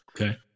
Okay